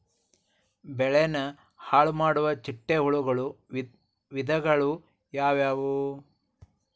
ಬೆಳೆನ ಹಾಳುಮಾಡುವ ಚಿಟ್ಟೆ ಹುಳುಗಳ ವಿಧಗಳು ಯಾವವು?